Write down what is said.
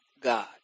God